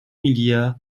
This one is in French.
milliards